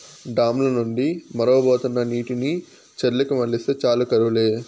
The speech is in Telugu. డామ్ ల నుండి మొరవబోతున్న నీటిని చెర్లకు మల్లిస్తే చాలు కరువు లే